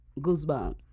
Goosebumps